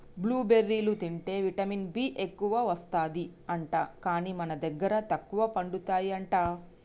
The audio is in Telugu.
బ్లూ బెర్రీలు తింటే విటమిన్ బి ఎక్కువస్తది అంట, కానీ మన దగ్గర తక్కువ పండుతాయి అంట